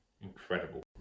Incredible